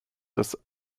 des